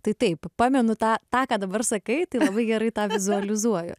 tai taip pamenu tą tą ką dabar sakai tai labai gerai tą vizualizuoju